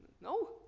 No